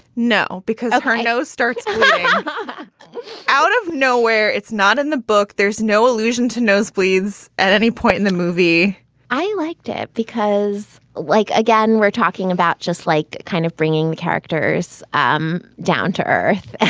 no, because her nose starts but out of nowhere. it's not in the book there's no allusion to nosebleeds at any point in the movie i liked it because like again, we're talking about just like kind of bringing the characters um down to earth. and